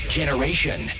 Generation